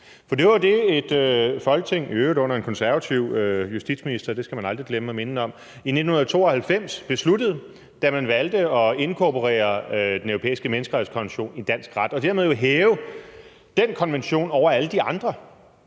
jo det, som et Folketing under i øvrigt en konservativ justitsminister – det skal man aldrig glemme at minde om – i 1992 besluttede, da man valgte at inkorporere Den Europæiske Menneskerettighedskonvention i dansk ret og dermed jo hæve den konvention over alle de andre.